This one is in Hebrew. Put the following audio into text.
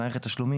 "מערכת תשלומים",